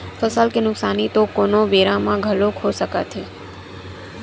फसल के नुकसानी तो कोनो बेरा म घलोक हो सकत हे